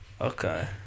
Okay